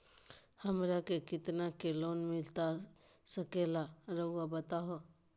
हमरा के कितना के लोन मिलता सके ला रायुआ बताहो?